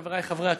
חברי חברי הכנסת,